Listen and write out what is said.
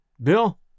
Bill